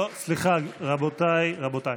לא, סליחה, רבותיי.